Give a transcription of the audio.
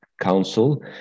council